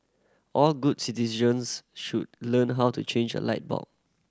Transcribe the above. all good citizens should learn how to change a light bulb